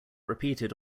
repeated